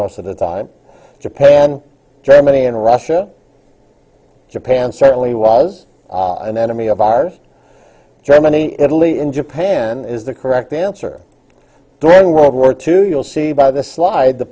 most of the time japan germany and russia japan certainly was an enemy of ours germany italy and japan is the correct answer during world war two you'll see by the slide the